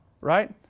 Right